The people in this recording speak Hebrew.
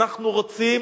אנחנו רוצים